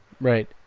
Right